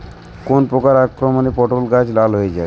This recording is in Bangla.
কোন প্রকার আক্রমণে পটল গাছ লাল হয়ে যায়?